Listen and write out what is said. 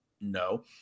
No